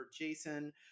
Jason